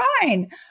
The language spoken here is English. fine